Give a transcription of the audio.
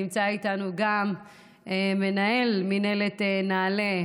נמצא איתנו גם מנהל מינהלת נעל"ה,